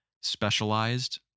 specialized